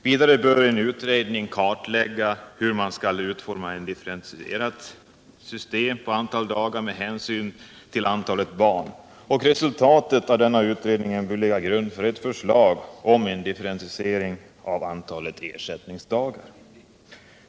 Vidare bör en utredning kartlägga hur man skall utforma ett differentierat system för beräkning av antalet ersättningsdagar med hänsyn till antalet barn, och resultatet av denna utredning bör ligga till grund för ett förslag om en differentiering av antalet ersättningsdagar.